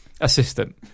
assistant